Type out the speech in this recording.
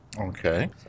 Okay